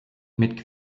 mit